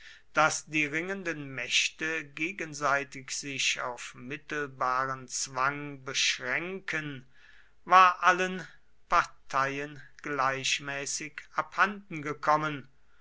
daß die ringenden mächte gegenseitig sich auf mittelbaren zwang beschränken war allen parteien gleichmäßig abhanden gekommen